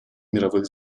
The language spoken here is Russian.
мировых